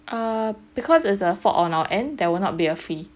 uh because it's a fault on our end there will not be a fee